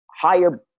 higher